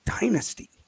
dynasty